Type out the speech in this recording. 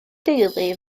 deulu